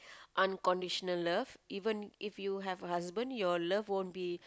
unconditional love even if you have a husband your love won't be